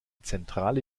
zentrale